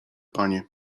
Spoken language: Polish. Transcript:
panie